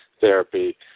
therapy